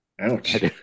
Ouch